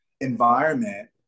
environment